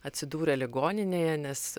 atsidūrė ligoninėje nes